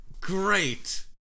Great